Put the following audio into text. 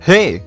Hey